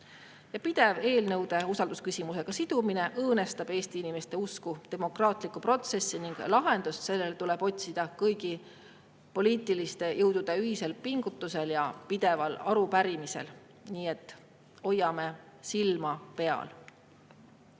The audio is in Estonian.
Pidev eelnõude usaldusküsimusega sidumine õõnestab Eesti inimeste usku demokraatlikku protsessi. Lahendust sellele tuleb otsida kõigi poliitiliste jõudude ühisel pingutusel ja pideval aru pärimisel. Nii et hoiame silma